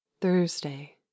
Thursday